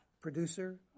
producer